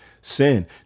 sin